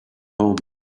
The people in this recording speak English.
home